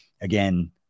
Again